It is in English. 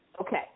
Okay